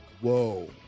Whoa